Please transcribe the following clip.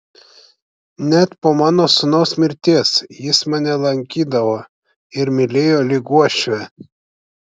net po mano sūnaus mirties jis mane lankydavo ir mylėjo lyg uošvę